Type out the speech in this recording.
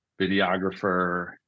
videographer